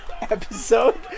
episode